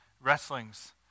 wrestlings